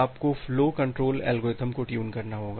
आपको flow control algorithm को tune करना होगा